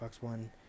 One